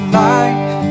life